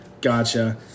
Gotcha